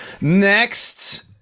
Next